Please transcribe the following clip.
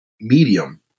medium